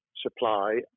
supply